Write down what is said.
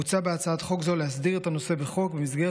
מוצע בהצעת חוק זו להסדיר את הנושא בחוק במסגרת